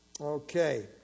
Okay